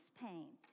pain